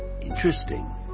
Interesting